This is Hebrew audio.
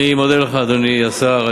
אני מודה לך, אדוני סגן השר.